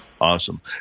Awesome